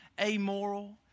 amoral